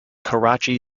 karachi